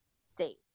state